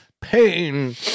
Pain